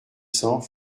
cents